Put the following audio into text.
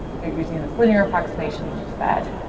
you're using this linear approximation and it's bad.